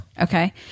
Okay